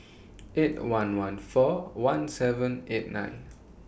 eight one one four one seven eight nine